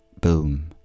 Boom